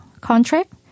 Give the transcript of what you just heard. contract